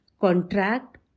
contract